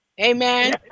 Amen